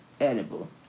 edible